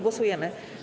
Głosujemy.